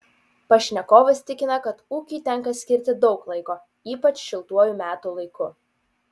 pašnekovas tikina kad ūkiui tenka skirti daug laiko ypač šiltuoju metų laiku